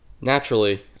Naturally